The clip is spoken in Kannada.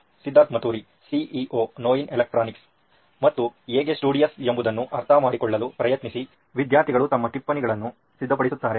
ಸಿದ್ಧಾರ್ಥ್ ಮಾತುರಿ ಸಿಇಒ ನೋಯಿನ್ ಎಲೆಕ್ಟ್ರಾನಿಕ್ಸ್ ಮತ್ತು ಹೇಗೆ ಸ್ಟುಡಿಯಸ್ ಎಂಬುದನ್ನು ಅರ್ಥಮಾಡಿಕೊಳ್ಳಲು ಪ್ರಯತ್ನಿಸಿ ವಿದ್ಯಾರ್ಥಿಗಳು ತಮ್ಮ ಟಿಪ್ಪಣಿಗಳನ್ನು ಸಿದ್ಧಪಡಿಸುತ್ತಾರೆ